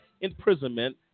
imprisonment